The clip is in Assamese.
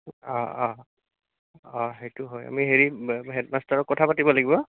অঁ অঁ অঁ সেইটো হয় আমি হেৰি হেডমাষ্টাৰৰ কথা পাতিব লাগিব